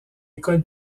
école